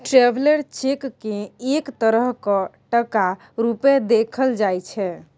traveller cheque केँ एक तरहक टका रुपेँ देखल जाइ छै